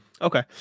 Okay